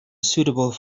suitable